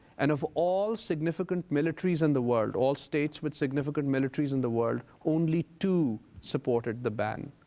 and of all significant militaries in the world, all states with significant militaries in the world, only two supported the ban.